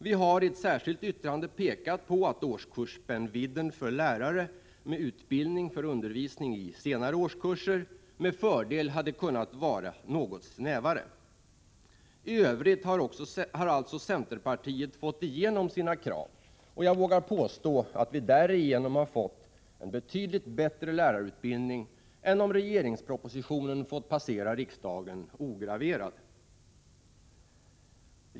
Vi har i ett särskilt yttrande pekat på att årskursspännvidden för lärare med utbildning för undervisning i senare årskurser med fördel hade kunnat vara något snävare. I övrigt har alltså centerpartiet fått igenom sina krav, och jag vågar påstå att vi därigenom får en betydligt bättre lärarutbildning än om regeringspropositionen hade fått passera riksdagen ograverad.